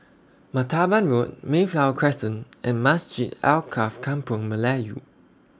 Martaban Road Mayflower Crescent and Masjid Alkaff Kampung Melayu